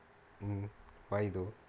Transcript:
mm why though